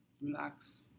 relax